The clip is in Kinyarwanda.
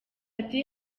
ati